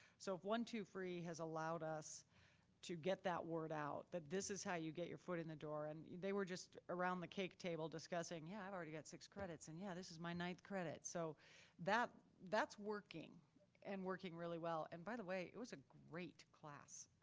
so if one-two-free has allowed us to get that word out, that this is how you get your foot in the door, and they were just around the cake table discussing, yeah, i've already got six credits, and yeah, this is my ninth credit. so that's working and working really well. and by the way, it was a great class.